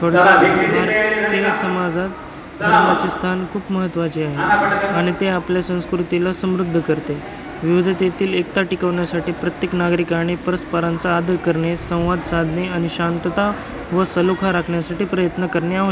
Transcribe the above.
थोडा भारतीय समाजात धर्माचे स्थान खूप महत्त्वाचे आहे आणि ते आपल्या संस्कृतीला समृद्ध करते विविधतेतील एकता टिकवण्यासाठी प्रत्येक नागरिक आणि परस्परांचा आदर करणे संवाद साधणे आणि शांतता व सलोखा राखण्यासाठी प्रयत्न करणे आव